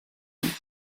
die